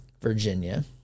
Virginia